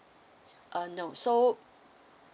uh no so